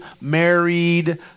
married